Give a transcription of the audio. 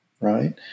right